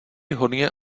hodně